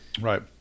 right